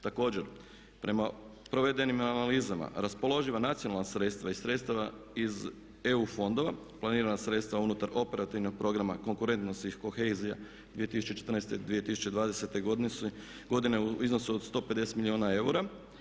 Također prema provedenim analizama raspoloživa nacionalna sredstva i sredstava iz EU fondova, planirana sredstva unutar operativnog programa konkurentnosti, kohezija 2014.-2020.godine su godine u iznosu od 150 milijuna eura.